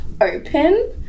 open